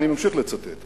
אני ממשיך לצטט,